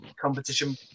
competition